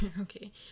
okay